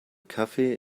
kaffee